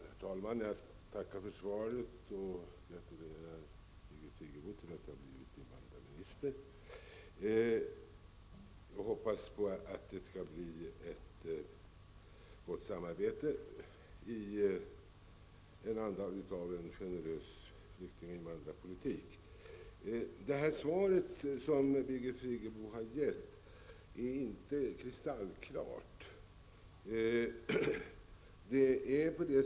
Herr talman! Jag tackar för svaret och gratulerar Birgit Friggebo till att ha blivit invandrarminister. Jag hoppas att det skall bli ett gott samarbete i en anda av en generös flykting och invandrarpolitik. Det svar som Birgit Friggebo har gett är inte kristallklart.